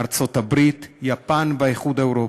ארה"ב, יפן והאיחוד האירופי.